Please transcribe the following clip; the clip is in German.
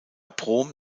brom